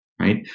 right